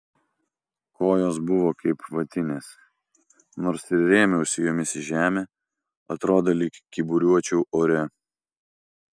kojos buvo kaip vatinės nors ir rėmiausi jomis į žemę atrodė lyg kyburiuočiau ore